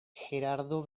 gerardo